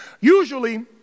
Usually